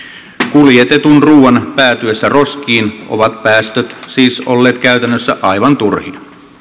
kuljetetun ruuan päätyessä roskiin ovat päästöt siis olleet käytännössä aivan turhia